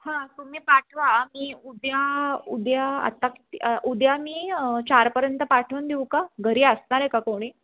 हां तुम्ही पाठवा मी उद्या उद्या आत्ता उद्या मी चारपर्यंत पाठवून देऊ का घरी असणार आहे का कोणी